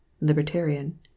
Libertarian